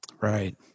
Right